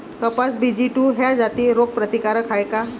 कपास BG two ह्या जाती रोग प्रतिकारक हाये का?